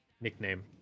nickname